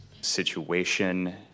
situation